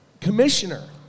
commissioner